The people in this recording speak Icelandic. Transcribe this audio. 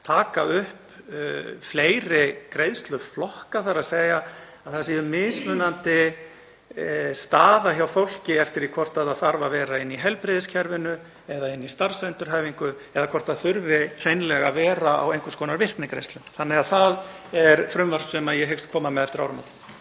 taka upp fleiri greiðsluflokka, þ.e. að það sé mismunandi staða hjá fólki eftir því hvort það þarf að vera inni í heilbrigðiskerfinu eða í starfsendurhæfingu eða hvort það þarf hreinlega að vera á einhvers konar virknigreiðslum. Það er frumvarp sem ég hyggst koma með eftir áramót.